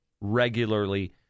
regularly